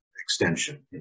extension